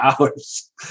hours